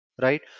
right